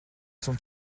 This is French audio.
sont